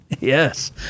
Yes